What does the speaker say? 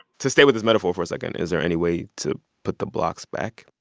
to stay with this metaphor for a second, is there any way to put the blocks back?